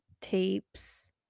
tapes